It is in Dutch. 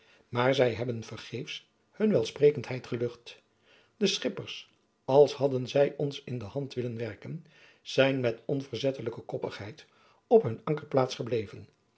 maar zy hebben vergeefs hun welsprekendheid gelucht de schippers als hadden zy ons in de hand willen werken zijn met onverzettelijke koppigheid op hun ankerplaats gebleven